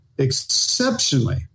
exceptionally